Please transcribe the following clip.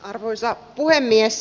arvoisa puhemies